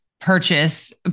purchase